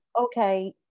okay